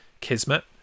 kismet